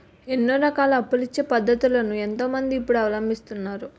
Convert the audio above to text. ఎన్నో రకాల అప్పులిచ్చే పద్ధతులను ఎంతో మంది ఇప్పుడు అవలంబిస్తున్నారు